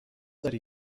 داری